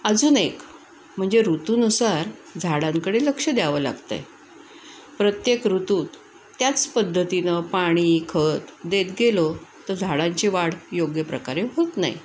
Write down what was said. अजून एक म्हणजे ऋतूनुसार झाडांकडे लक्ष द्यावं लागतंय प्रत्येक ऋतूत त्याच पद्धतीनं पाणी खत देत गेलो तर झाडांची वाढ योग्य प्रकारे होत नाही